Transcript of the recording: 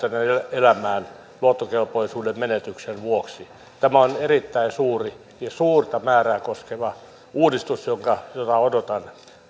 elämään luottokelpoisuuden menetyksen vuoksi tämä on erittäin suuri ja suurta määrää koskeva uudistus jota odotan